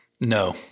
No